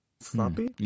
Sloppy